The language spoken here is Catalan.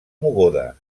mogoda